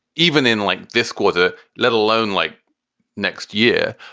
even in like this quarter, let alone like next year.